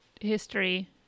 history